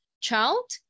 child